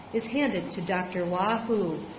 is handed to dr. waugh-hoo,